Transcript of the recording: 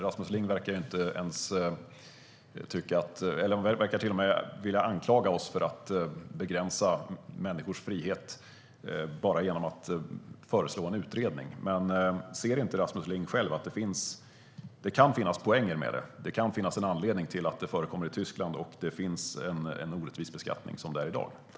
Rasmus Ling verkar till och med vilja anklaga oss för att begränsa människors frihet bara genom att föreslå en utredning. Ser inte Rasmus Ling själv att det kan finnas poänger med detta? Det kan finnas en anledning till att det förekommer i Tyskland, och det finns en orättvis beskattning som det är i dag.